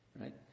Right